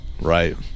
Right